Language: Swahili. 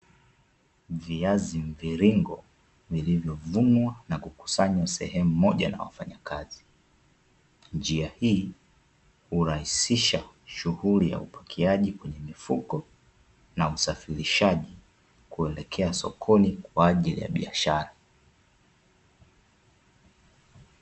Viazi mviringo vilivyovunwa na kusanywa sehemu moja na wafanyakazi. Njia hii hurahisisha shughuli ya upakiaji kwenye mifuko na usafirishaji kuelekea sokoni kwa ajili ya biashara.